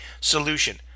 solution